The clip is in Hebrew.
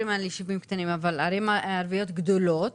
על ישובים קטנים אלא על ערים ערביות גדולות